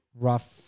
rough